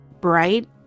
bright